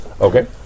okay